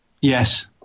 yes